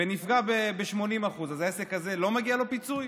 ונפגע ב-80%, אז העסק הזה, לא מגיע לו פיצוי?